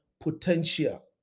potential